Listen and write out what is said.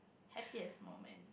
happiest moment